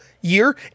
year